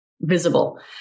visible